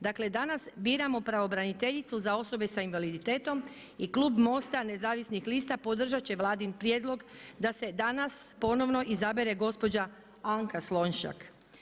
Dakle, danas biramo pravobraniteljicu za osobe s invaliditetom i klub MOST-a Nezavisnih lista podržat će vladin prijedlog da se danas ponovno izabere gospođa Anka Slonjšak.